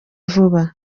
vuba